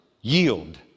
yield